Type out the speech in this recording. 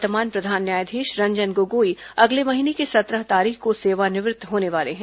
वर्तमान प्रधान न्यायाधीश रंजन गोगोई अगले महीने की सत्रह तारीख को सेवानिवृत्त होने वाले हैं